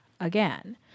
again